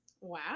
Wow